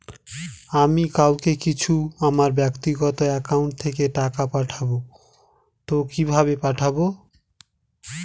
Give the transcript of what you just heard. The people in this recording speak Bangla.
আমি কাউকে কিছু আমার ব্যাক্তিগত একাউন্ট থেকে টাকা পাঠাবো তো কিভাবে পাঠাবো?